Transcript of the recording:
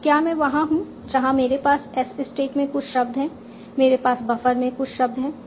अब क्या मैं वहां हूं जहां मेरे पास S स्टैक में कुछ शब्द हैं मेरे पास बफर में कुछ शब्द हैं